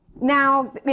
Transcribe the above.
Now